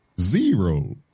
zero